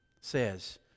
says